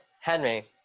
Henry